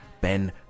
Ben